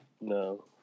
No